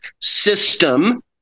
system